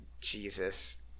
Jesus